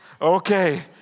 Okay